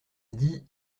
dit